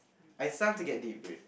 I start to get deep dude